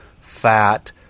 fat